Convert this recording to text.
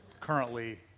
currently